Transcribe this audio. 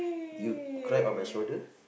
you cry on my shoulder